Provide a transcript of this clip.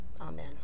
Amen